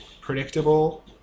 predictable